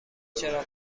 چراغ